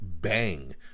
Bang